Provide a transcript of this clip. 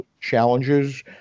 challenges